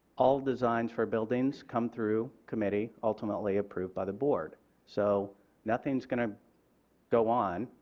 all designs for buildings come through committee ultimately approved by the board so nothing is going to go on,